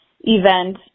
event